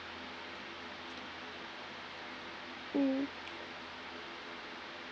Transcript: mm